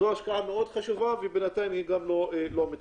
זו השקעה מאוד חשובה ובינתיים היא לא מתקיימת.